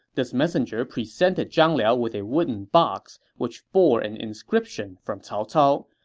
this messenger presented zhang liao with a wooden box, which bore an inscription from cao cao.